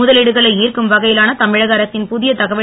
முதலீடுகளை ஈர்க்கும் வகையிலான தமிழக அரசின் புதிய தகவல்